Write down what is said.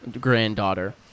granddaughter